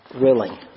willing